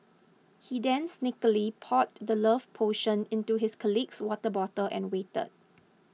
he then sneakily poured the love potion into his colleague's water bottle and waited